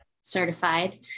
certified